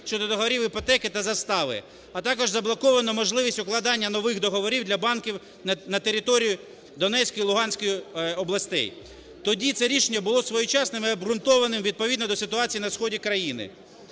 щодо договорів іпотеки та застави, а також заблоковано можливість укладання нових договорів для банків на території Донецької і Луганської областей. Тоді це рішення було своєчасним і обґрунтованим відповідно до ситуації на сході країни.